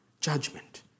judgment